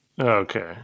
Okay